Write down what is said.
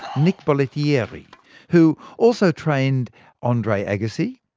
nick bollettieri who also trained andre agassi,